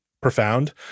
profound